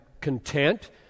content